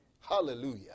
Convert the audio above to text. Hallelujah